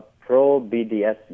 pro-BDS